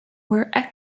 where